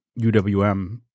UWM